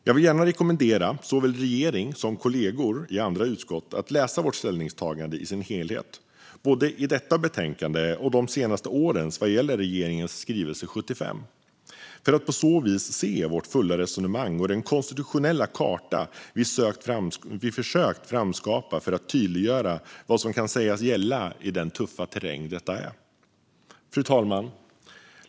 Jag vill gärna rekommendera såväl regering som kollegor i andra utskott att läsa vårt ställningstagande i sin helhet både i detta betänkande och i de senaste årens betänkanden vad gäller regeringens skrivelse 75 för att på så vis se vårt fulla resonemang och den konstitutionella karta vi försökt framskapa för att tydliggöra vad som kan sägas gälla i den tuffa terräng som detta är. Fru talman!